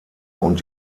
und